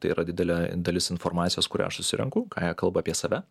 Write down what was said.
tai yra didelė dalis informacijos kurią aš susirenku ką jie kalba apie save